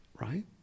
right